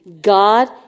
God